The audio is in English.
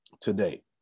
today